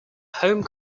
home